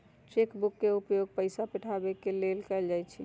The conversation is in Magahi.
चेक बुक के उपयोग पइसा उठाबे के लेल कएल जाइ छइ